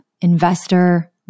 investor